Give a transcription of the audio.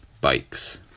bikes